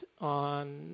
on